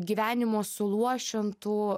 gyvenimo suluošintų